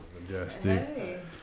majestic